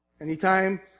Anytime